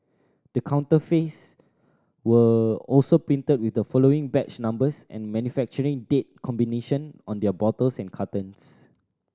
the counterfeits were also printed with the following batch numbers and manufacturing date combination on their bottles and cartons